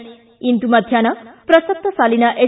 ಿದ್ದ ಇಂದು ಮಧ್ಯಾಪ್ನ ಪ್ರಸಕ್ತ ಸಾಲಿನ ಎಸ್